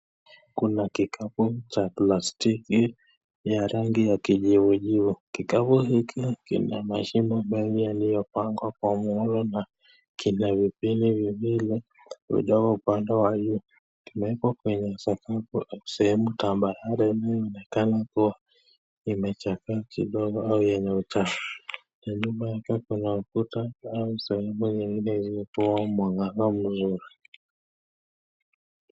Kuna kikapu cha plastiki ya rangi ya kijivujivu, kikapu hiki kina mshimo mengi yaliyopangwa kwa muono na kina vipini wiwili ulio upande wa juu, kimeekwa kwenye sakafu au sehemu tambalale inayoonekana kuwa imechakaa kidogo au iliyojaa, sababu pia tunaona ukuta au sehemu kwenye mwanga mzuri.